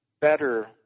better